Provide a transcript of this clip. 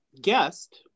guest